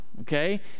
Okay